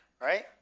right